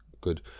good